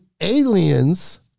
aliens